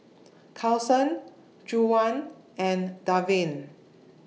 Cason Juwan and Darvin